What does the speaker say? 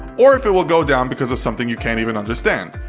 or if it will go down because of something you can't even understand.